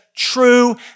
True